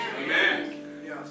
Amen